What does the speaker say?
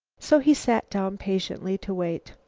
so he sat down patiently to wait.